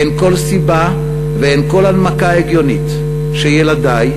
אין כל סיבה ואין כל הנמקה הגיונית שילדי,